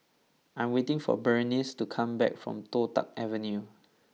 I am waiting for Berenice to come back from Toh Tuck Avenue